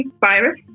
virus